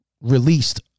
released